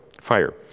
Fire